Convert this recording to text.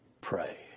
pray